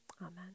Amen